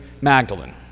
Magdalene